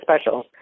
special